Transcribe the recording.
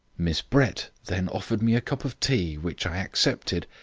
miss brett then offered me a cup of tea, which i accepted,